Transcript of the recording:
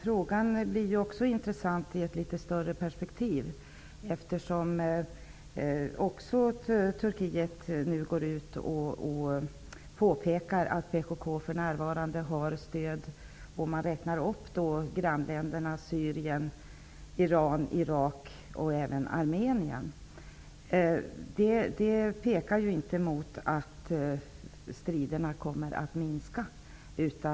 Herr talman! Frågan blir intressant också i ett litet större perspektiv, eftersom Turkiet nu framhåller att PKK för närvarande har stöd av Syrien, Iran, Irak och Armenien. Det tyder inte på att striderna kommer att minska.